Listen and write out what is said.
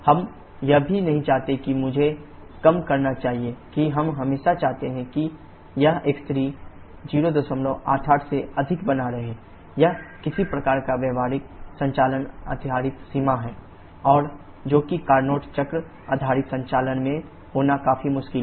हम यह कभी नहीं चाहते हैं या मुझे यह कहना चाहिए कि हम हमेशा चाहते हैं कि यह x3 088 से अधिक बना रहे यह किसी प्रकार का व्यावहारिक संचालन आधारित सीमा है और जो कि कार्नोट चक्र आधारित संचालन में होना काफी मुश्किल है